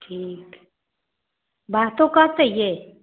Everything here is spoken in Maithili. ठीक बातो कहतै यै